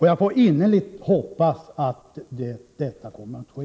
Jag får innerligt hoppas att detta kommer att ske.